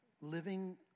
living